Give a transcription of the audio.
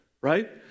right